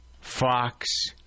Fox